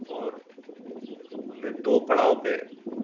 और हमने दो पड़ाव पर